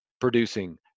producing